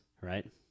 Right